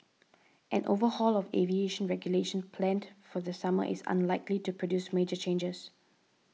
an overhaul of aviation regulation planned for the summer is unlikely to produce major changes